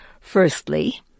Firstly